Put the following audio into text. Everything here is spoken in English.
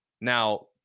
Now